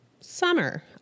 summer